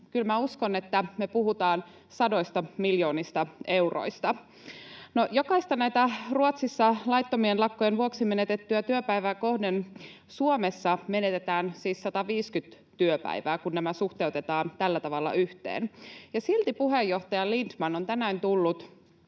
minä uskon, että me puhutaan sadoista miljoonista euroista. No jokaista Ruotsissa laittomien lakkojen vuoksi menetettyä työpäivää kohden Suomessa menetetään siis 150 työpäivää, kun nämä suhteutetaan tällä tavalla yhteen. Ja silti puheenjohtaja Lindtman on tänään tullut